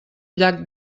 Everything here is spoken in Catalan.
llac